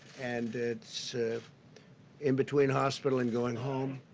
and it's in between hospital and going home.